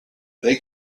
they